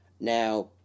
Now